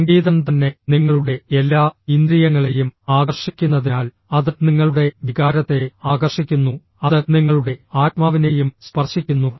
സംഗീതം തന്നെ നിങ്ങളുടെ എല്ലാ ഇന്ദ്രിയങ്ങളെയും ആകർഷിക്കുന്നതിനാൽ അത് നിങ്ങളുടെ വികാരത്തെ ആകർഷിക്കുന്നു അത് നിങ്ങളുടെ ആത്മാവിനെയും സ്പർശിക്കുന്നു